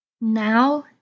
Now